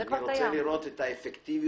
אני רוצה לראות את האפקטיביות,